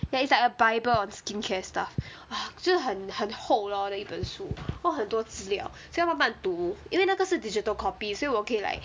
ya is like a bible on skincare stuff !wah! 就很很厚 lor 的一本书有很多资料所以要慢慢读因为那个是 digital copy 所以我可以 like